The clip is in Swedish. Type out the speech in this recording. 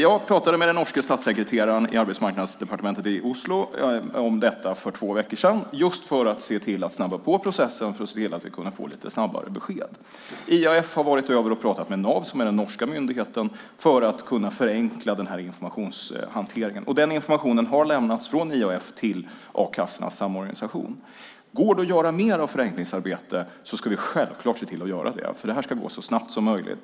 Jag pratade med den norske statssekreteraren i arbetsmarknadsdepartementet i Oslo om detta för två veckor sedan just för att se till att snabba på processen så att vi kan få lite snabbare besked. IAF har varit över och pratat med NAV, som är den norska myndigheten, för att kunna förenkla den här informationshanteringen. Informationen har lämnats från IAF till A-kassornas Samorganisation. Går det att göra mer förenklingsarbete ska vi självklart se till att göra det, för det här ska gå så snabbt som möjligt.